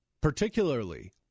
particularly